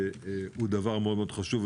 שהוא דבר מאוד מאוד חשוב,